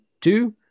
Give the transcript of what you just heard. two